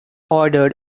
ordered